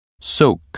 soak